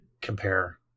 compare